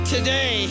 today